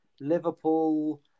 Liverpool